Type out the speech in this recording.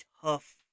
tough